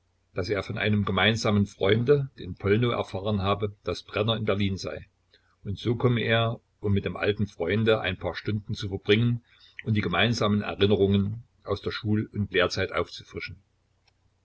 daß er von einem gemeinsamen freunde in pollnow erfahren habe daß brenner in berlin sei und so komme er um mit dem alten freunde ein paar stunden zu verbringen und die gemeinsamen erinnerungen aus der schul und lehrzeit aufzufrischen